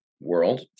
world